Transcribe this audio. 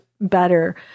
better